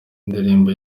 ndirimbo